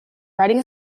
writing